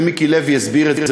ומיקי לוי הסביר את זה,